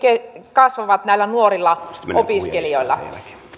kasvavat näillä nuorilla opiskelijoilla